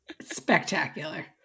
Spectacular